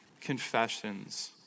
confessions